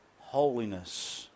holiness